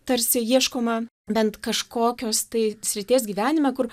tarsi ieškoma bent kažkokios tai srities gyvenime kur